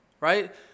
Right